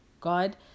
god